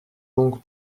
longue